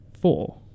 Four